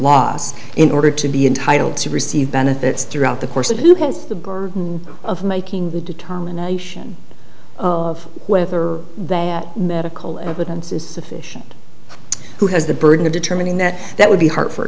loss in order to be entitled to receive benefits throughout the course of who has the burden of making the determination of whether they medical evidence is sufficient who has the burden of determining that that would be hartfor